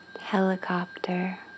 helicopter